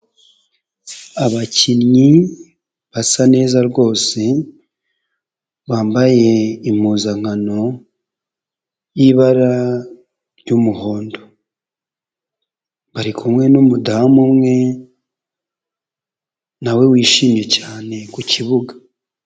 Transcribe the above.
Abakinnyi basa neza rwose bambaye impuzankano y'ibara ry'umuhondo, barikumwe n'umudamu umwe nawe wishimye cyane ku kibuga.